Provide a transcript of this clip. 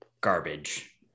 garbage